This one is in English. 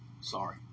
Sorry